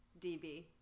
DB